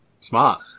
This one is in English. Smart